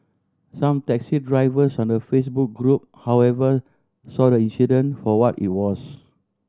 some taxi drivers on the Facebook group however saw the accident for what it was